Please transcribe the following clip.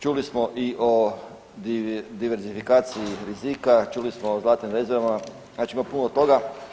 Čuli smo i o diverzifikaciji rizika, čuli smo o zlatnim rezervama, znači ima puno toga.